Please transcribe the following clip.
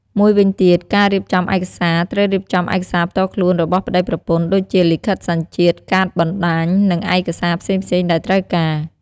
មួយវិញទៀតការរៀបចំឯកសារត្រូវរៀបចំឯកសារផ្ទាល់ខ្លួនរបស់ប្ដីប្រពន្ធ ដូចជា លិខិតសញ្ជាតិ កាតបណ្ដាញ និងឯកសារផ្សេងៗដែលត្រូវការ។